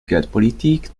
geldpolitik